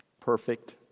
Perfect